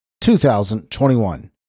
2021